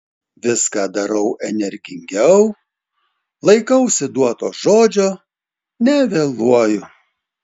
viską darau energingiau laikausi duoto žodžio nevėluoju